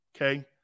Okay